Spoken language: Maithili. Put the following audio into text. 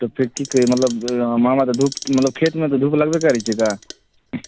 तऽ फेर की करी मतलब हमरा तऽ धूप मतलब खेतमे तऽ धूप लगबे करै छै ने